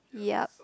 yup